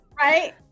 Right